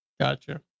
gotcha